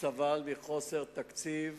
סבל מחוסר תקציב.